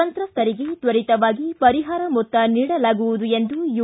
ಸಂತ್ರಸ್ತರಿಗೆ ತ್ವರಿತವಾಗಿ ಪರಿಹಾರ ಮೊತ್ತ ನೀಡಲಾಗುವುದು ಎಂದು ಯು